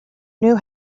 knew